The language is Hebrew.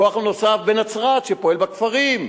כוח נוסף בנצרת, שפועל בכפרים.